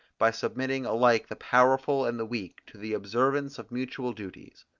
by submitting alike the powerful and the weak to the observance of mutual duties.